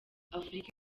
afurika